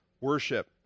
worship